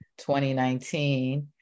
2019